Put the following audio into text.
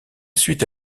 suite